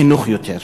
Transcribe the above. חינוך יותר.